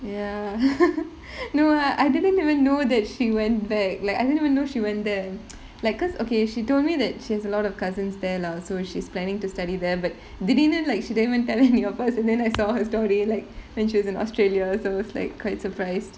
ya no I didn't even know that she went back like I didn't even know she went there like because okay she told me that she has a lot of cousins there lah so she's planning to study there but திடீர்னு:thideernu like she didn't even tell anyone of us and then I saw her story like when she was in australia so it's like quite surprised